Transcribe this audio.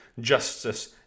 justice